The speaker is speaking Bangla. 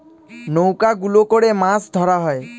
নৌকা গুলো করে মাছ ধরা হয়